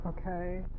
okay